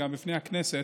וגם בפני הכנסת.